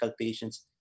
patients